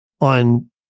on